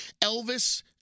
Elvis